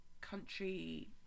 country